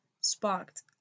sparked